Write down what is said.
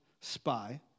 Spy